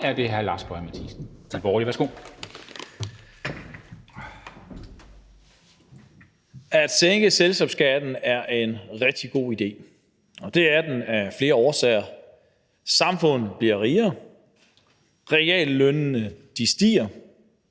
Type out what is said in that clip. At sænke selskabsskatten er en rigtig god idé, og det er den af flere årsager. Samfundet bliver rigere, reallønnen stiger,